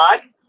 God